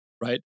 right